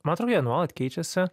man atrodo jie nuolat keičiasi